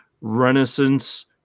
renaissance